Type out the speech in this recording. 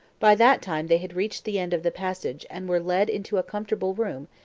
by that time they had reached the end of the passage and were led into a comfortable room,